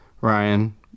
Ryan